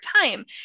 time